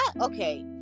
Okay